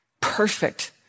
Perfect